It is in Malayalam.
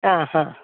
ആ ഹാ